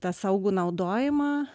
tą saugų naudojimą